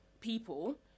people